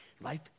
Life